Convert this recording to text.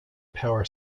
power